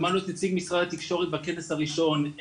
שמענו את נציג משרד התקשורת בכנס הראשון,